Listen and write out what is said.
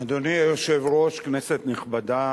אדוני היושב-ראש, כנסת נכבדה,